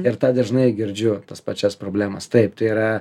ir tą dažnai girdžiu tas pačias problemas taip tai yra